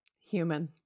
human